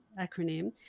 acronym